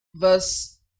Verse